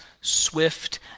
swift